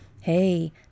Hey